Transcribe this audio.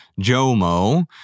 JOMO